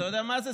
אתה יודע מה זה?